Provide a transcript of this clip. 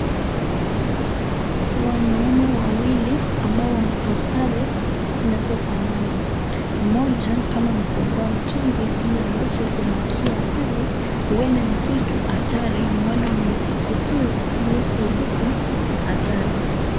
Wanaume wawili ambao wamevaa sare zinazofanana. Mmoja kama amefungua mtungi ili aweze kumwakia pale huenda ni vitu hatari na huenda wamevaa vizuri ili kuibuka hatari.